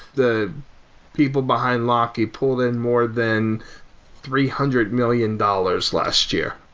the people behind locky pulled in more than three hundred million dollars last year.